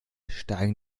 steigen